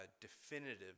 definitive